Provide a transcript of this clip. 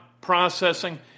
processing